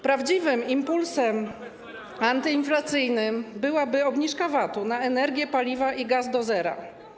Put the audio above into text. Prawdziwym impulsem antyinflacyjnym byłaby obniżka VAT-u na energię, paliwa i gaz do zera.